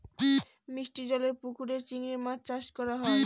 মিষ্টি জলেরর পুকুরে চিংড়ি মাছ চাষ করা হয়